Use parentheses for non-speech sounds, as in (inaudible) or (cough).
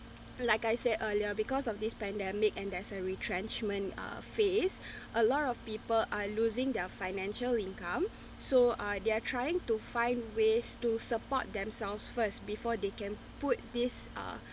like I said earlier because of this pandemic and there's a retrenchment uh face (breath) a lot of people are losing their financial income so ah they're trying to find ways to support themselves first before they can put this uh